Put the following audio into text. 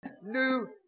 new